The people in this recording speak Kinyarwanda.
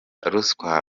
ruswa